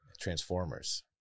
Transformers